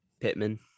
Pittman